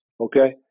okay